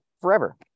forever